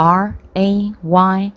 ray